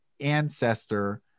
ancestor